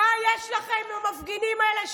מה יש לכם עם המפגינים האלה,